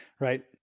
Right